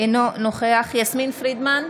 אינו נוכח יסמין פרידמן,